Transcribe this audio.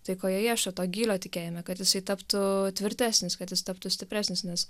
tai ko jie ieško to gylio tikėjime kad jisai taptų tvirtesnis kad jis taptų stipresnis nes